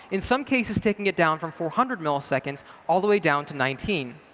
in some cases, taking it down from four hundred milliseconds all the way down to nineteen.